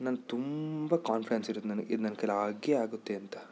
ನನ್ನ ತುಂಬ ಕಾನ್ಫಿಡೆನ್ಸ್ ಇರೋದು ನನಗೆ ಇದು ನನ್ನ ಕೈಯ್ಯಲ್ಲಿ ಆಗೇ ಆಗುತ್ತೆ ಅಂತ